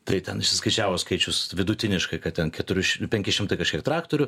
tai ten išsiskaičiavo skaičius vidutiniškai kad ten keturi ši penki šimtai kažkiek traktorių